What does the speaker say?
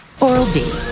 Oral-B